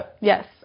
Yes